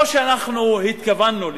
לא שאנחנו התכוונו לכך,